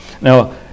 Now